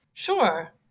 Sure